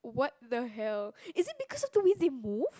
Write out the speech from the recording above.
what the hell is it because of the way they move